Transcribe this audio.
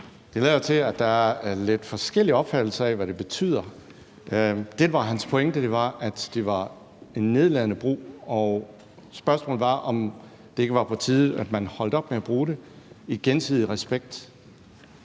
Det lader jo til, at der er lidt forskellige opfattelser af, hvad det betyder. Det, der var hans pointe, var, at det var en nedladende brug, og spørgsmålet var, om det ikke var på tide, at man holdt op med at bruge det i gensidig respekt.